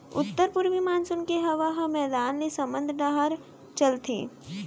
उत्तर पूरवी मानसून के हवा ह मैदान ले समुंद डहर चलथे